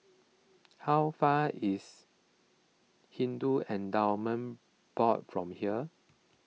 how far is Hindu Endowment Board from here